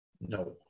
No